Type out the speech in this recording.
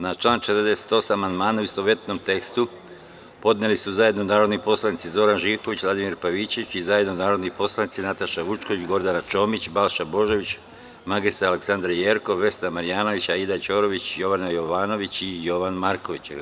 Na član 48. amandmane, u istovetnom tekstu, podneli su zajedno narodni poslanici Zoran Živković i Vladimir Pavićević i zajedno narodni poslanici Nataša Vučković, Gordana Čomić, Balša Božović, mr Aleksandra Jerkov, Vesna Marjanović, Aida Ćorović, Jovana Jovanović i Jovan Marković.